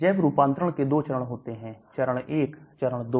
जैव रूपांतरण के 2 चरण होते हैं चरण1 चरण 2